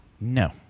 no